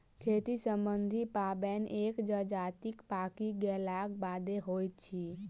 खेती सम्बन्धी पाबैन एक जजातिक पाकि गेलाक बादे होइत अछि